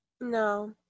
No